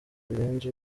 birenze